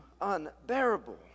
unbearable